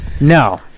No